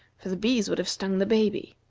for the bees would have stung the baby.